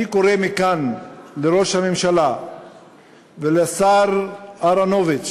אני קורא מכאן לראש הממשלה ולשר אהרונוביץ